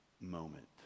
moment